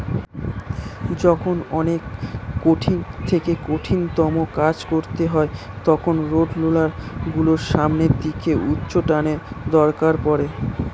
যখন অনেক কঠিন থেকে কঠিনতম কাজ করতে হয় তখন রোডরোলার গুলোর সামনের দিকে উচ্চটানের দরকার পড়ে